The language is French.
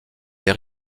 les